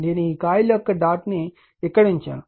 నేను ఈ కాయిల్ యొక్క డాట్ ను ఇక్కడ ఉంచాను